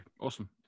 awesome